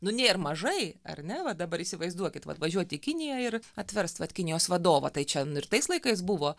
nu nėr mažai ar ne va dabar įsivaizduokit vat važiuot į kiniją ir atverst vat kinijos vadovą tai čia nu ir tais laikais buvo